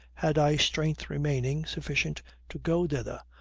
had i strength remaining sufficient to go thither,